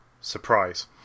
Surprise